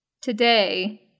today